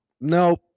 no